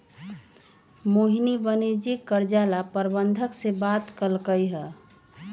मोहिनी वाणिज्यिक कर्जा ला प्रबंधक से बात कलकई ह